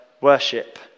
worship